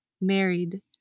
married